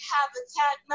Habitat